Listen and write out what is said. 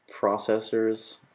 processors